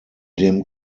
dem